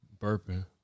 burping